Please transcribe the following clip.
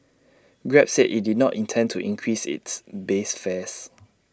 grab said IT did not intend to increase its base fares